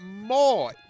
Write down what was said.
more